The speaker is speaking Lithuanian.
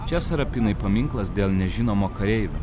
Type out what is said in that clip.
čia sarapinai paminklas dėl nežinomo kareivio